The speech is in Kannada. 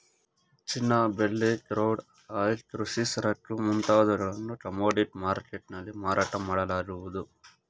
ಚಿನ್ನ, ಬೆಳ್ಳಿ, ಕ್ರೂಡ್ ಆಯಿಲ್, ಕೃಷಿ ಸರಕು ಮುಂತಾದವುಗಳನ್ನು ಕಮೋಡಿಟಿ ಮರ್ಕೆಟ್ ನಲ್ಲಿ ಮಾರಾಟ ಮಾಡಲಾಗುವುದು